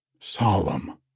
solemn